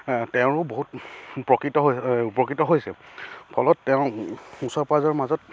তেওঁৰো বহুত উপকৃত হৈ উপকৃত হৈছে ফলত তেওঁ ওচৰ পাঁজৰৰ মাজত